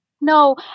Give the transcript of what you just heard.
No